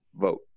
vote